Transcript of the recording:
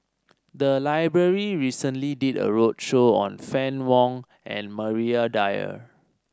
the library recently did a roadshow on Fann Wong and Maria Dyer